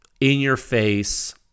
in-your-face